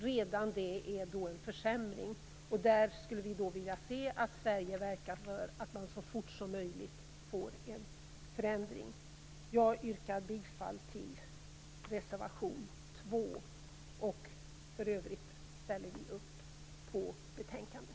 Redan det är en försämring. Där skulle vi vilja se att Sverige verkar för att så fort som möjligt få till stånd en förändring. Jag yrkar bifall till reservation 2, och i övrigt ställer vi upp på hemställan i betänkandet.